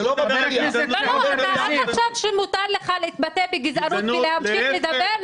אל תחשוב שמותר לך להתבטא בגזענות ולהמשיך לדבר.